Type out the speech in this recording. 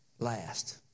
Last